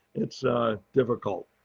it's ah difficult.